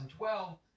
2012